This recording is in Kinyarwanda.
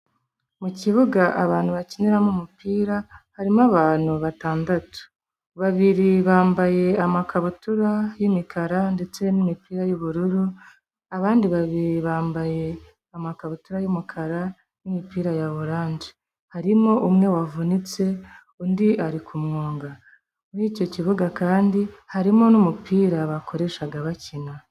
Mu kibuga abantu bakiniramo umupira, harimo abantu batandatu. Babiri bambaye amakabutura y'imikara ndetse n'imipira y'ubururu, abandi babiri bambaye amakabutura y'umukara n'imipira ya oranje. arimo umwe wavunitse, undi ari kumwunga. Muri icyo kibuga kandi harimo n'umupira bakoreshaga bakina.